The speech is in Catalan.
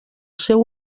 seu